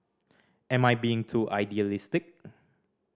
am I being too idealistic